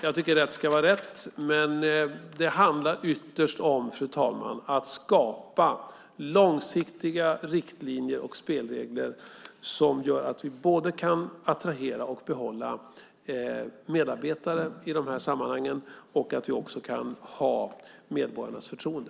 Jag tycker att rätt ska vara rätt, men det handlar ytterst om, fru talman, att skapa långsiktiga riktlinjer och spelregler som gör att vi både kan attrahera och behålla medarbetare i de här sammanhangen och att vi också kan ha medborgarnas förtroende.